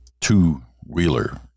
two-wheeler